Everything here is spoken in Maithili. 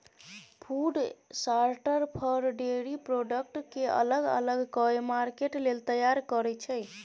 फुड शार्टर फर, डेयरी प्रोडक्ट केँ अलग अलग कए मार्केट लेल तैयार करय छै